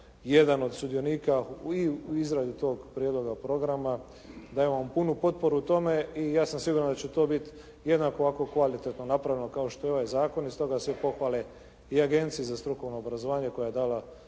jedan od sudionika i u izradi toga prijedloga programa. Dajemo vam punu potporu tome i ja sam siguran da će to biti jednako ovako kvalitetno napravljeno kao što je ovaj zakon i stoga sve pohvale i Agenciji za strukovno obrazovanje koja je dala